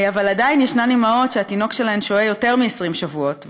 אבל עדיין ישנן אימהות שהתינוק שלהן שוהה יותר מ-20 שבועות,